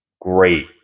great